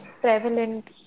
prevalent